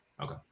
Okay